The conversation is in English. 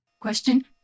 Question